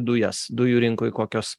dujas dujų rinkoj kokios